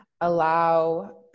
allow